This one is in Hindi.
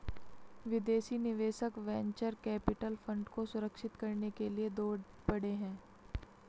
विदेशी निवेशक वेंचर कैपिटल फंड को सुरक्षित करने के लिए दौड़ पड़े हैं